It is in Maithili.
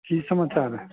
की समाचार हए